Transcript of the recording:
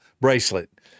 bracelet